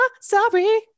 sorry